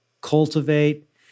cultivate